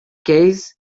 case